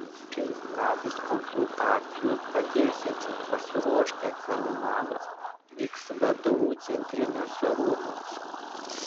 šiais metais konsultacijos padėsiančios pasiruošti egzaminams vyks vdu centriniuose rūmuose